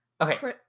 Okay